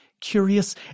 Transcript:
curious